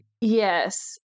Yes